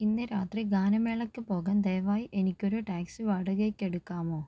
ഇന്ന് രാത്രി ഗാനമേളയ്ക്ക് പോകാൻ ദയവായി എനിക്ക് ഒരു ടാക്സി വാടകയ്ക്കെടുക്കാമോ